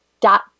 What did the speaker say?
dot